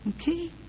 Okay